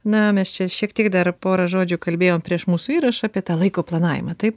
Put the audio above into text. na mes čia šiek tiek dar porą žodžių kalbėjom prieš mūsų įrašą apie tą laiko planavimą taip